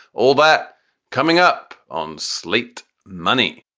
all that coming up on slaked money.